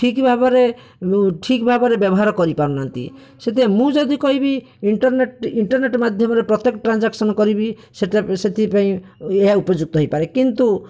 ଠିକ ଭାବରେ ଠିକ ଭାବରେ ବ୍ୟବହାର କରିପାରୁନାହାନ୍ତି ସେଥିପାଇଁ ମୁଁ ଯଦି କହିବି ଇଣ୍ଟର୍ନେଟ ଇଣ୍ଟର୍ନେଟ ମାଧ୍ୟମରେ ପ୍ରତ୍ୟେକ ଟ୍ରାଞ୍ଜାକ୍ସନ୍ କରିବି ସେଇଟା ସେଥିପାଇଁ ଏହା ଉପଯୁକ୍ତ ହୋଇପାରେ କିନ୍ତୁ